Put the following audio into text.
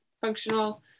functional